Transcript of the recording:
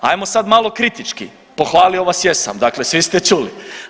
Ajmo sad malo kritički, pohvalio vas jesam, dakle svi ste čuli.